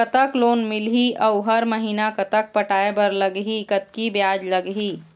कतक लोन मिलही अऊ हर महीना कतक पटाए बर लगही, कतकी ब्याज लगही?